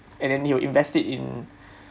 and then he will invest it in